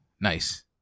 Nice